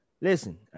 Listen